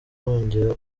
byongera